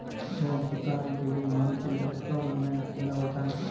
loan चुकाने के लिए मंथली इन्सटॉलमेंट देना पड़ता है